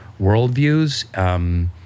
worldviews